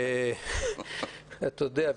אתה יודע,